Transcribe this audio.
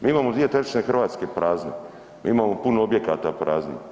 Mi imamo dvije trećine Hrvatske prazne, mi imamo puno objekata praznih.